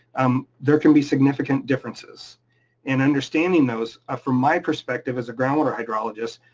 um there can be significant differences and understanding those ah from my perspective as a groundwater hydrologist,